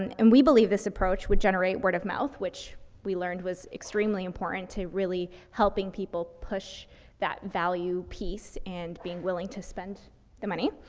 and and we believe this approach would generate word of mouth, which we learned was extremely important to really helping people push that value piece and being willing to spend the money,